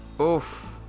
Oof